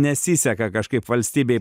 nesiseka kažkaip valstybei